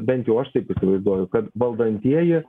bent jau aš taip įsivaizduoju kad valdantieji